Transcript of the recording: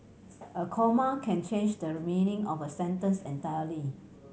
a comma can change the meaning of a sentence entirely